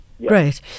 Great